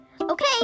Okay